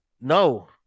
no